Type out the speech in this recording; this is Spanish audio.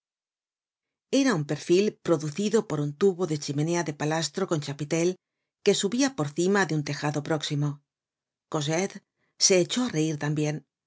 era un perfil producido por un tubo de chimenea de palastro con chapitel que subia por cima de un tejado próximo cosette se echó á reir tambien se